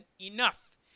enough